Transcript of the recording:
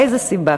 איזו סיבה?